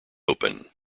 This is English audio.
open